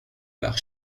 par